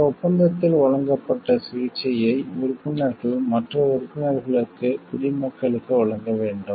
இந்த ஒப்பந்தத்தில் வழங்கப்பட்ட சிகிச்சையை உறுப்பினர்கள் மற்ற உறுப்பினர்களின் குடிமக்களுக்கு வழங்க வேண்டும்